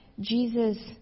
Jesus